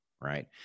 right